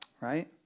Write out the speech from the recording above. right